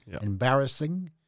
embarrassing